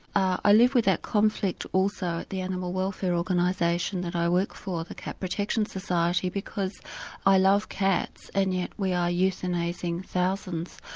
i live with that conflict also at the animal welfare organisation that i work for, the cat protection society because i love cats and yet we are euthanasing thousands.